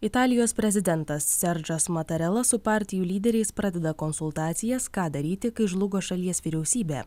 italijos prezidentas serdžas matarela su partijų lyderiais pradeda konsultacijas ką daryti kai žlugo šalies vyriausybė